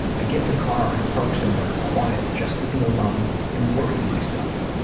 i get in the car and park somewhere quiet just to be alone and worry myself.